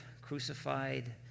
crucified